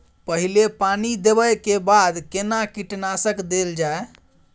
पहिले पानी देबै के बाद केना कीटनासक देल जाय?